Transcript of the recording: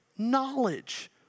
knowledge